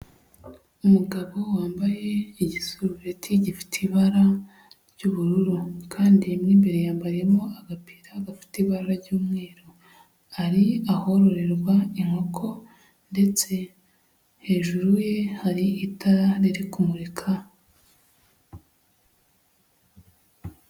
Umugabo wambaye igisureti gifite ibara ry'ubururu, kandi mo imbere yambariyemo agapira gafite ibara ry'umweru, ari ahororerwa inkoko, ndetse hejuru ye hari itara riri kumurika.